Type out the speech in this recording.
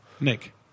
Nick